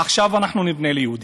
עכשיו אנחנו נבנה ליהודים,